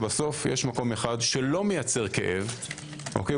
הבנו שיש מקום אחד שלא מייצר כאב בתחום השמש,